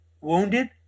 wounded